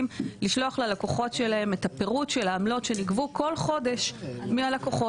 לשלוח ללקוחות שלהם את הפירוט של העמלות שנגבו כל חודש מהלקוחות.